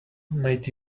made